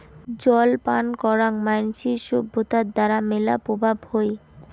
জল পান করাং মানসির সভ্যতার দ্বারা মেলা প্রভাব হই